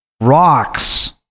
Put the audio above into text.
rocks